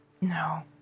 No